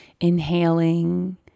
inhaling